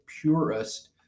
purest